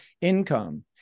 income